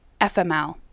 FML